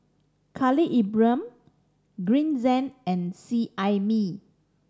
Khalil Ibrahim Green Zeng and Seet Ai Mee